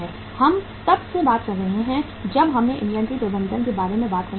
हम तब से बात कर रहे हैं जब हमने इन्वेंट्री प्रबंधन के बारे में बात करना शुरू किया